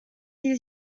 sie